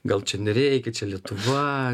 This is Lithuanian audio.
gal čia nereikia čia lietuva